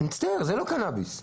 מצטער, זה לא קנביס.